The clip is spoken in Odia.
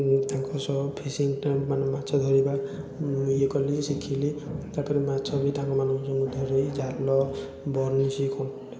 ତାଙ୍କ ସହ ଫିଶିଙ୍ଗ୍ଟା ମାନେ ମାଛ ଧରିବା ଇଏ କଲି ଶିଖିଲି ତା'ପରେ ମାଛ ବି ତାଙ୍କମାନଙ୍କଠାରୁ ଯେଉଁ ଜାଲ ବନିଶୀ